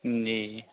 जी